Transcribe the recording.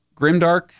grimdark